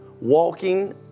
walking